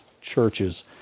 churches